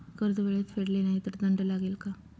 कर्ज वेळेत फेडले नाही तर दंड लागेल का?